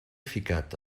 ficat